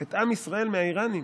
את עם ישראל מהאיראנים,